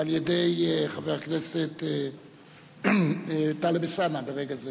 ועל-ידי חבר הכנסת טלב אלסאנע ברגע זה.